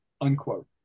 unquote